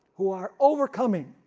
who are overcoming.